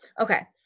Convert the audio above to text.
Okay